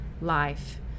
life